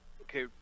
okay